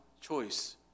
choice